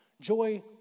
Joy